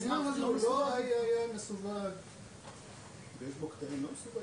אדם, קרה איזה אירוע, אנחנו רוצים לעשות,